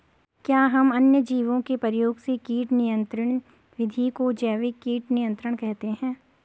क्या हम अन्य जीवों के प्रयोग से कीट नियंत्रिण विधि को जैविक कीट नियंत्रण कहते हैं?